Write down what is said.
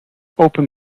open